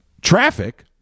traffic